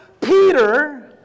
Peter